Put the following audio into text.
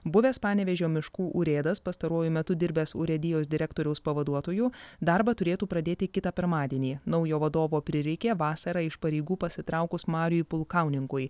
buvęs panevėžio miškų urėdas pastaruoju metu dirbęs urėdijos direktoriaus pavaduotoju darbą turėtų pradėti kitą pirmadienį naujo vadovo prireikė vasarą iš pareigų pasitraukus mariui pulkauninkui